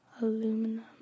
aluminum